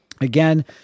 again